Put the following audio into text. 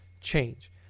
change